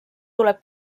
tuleb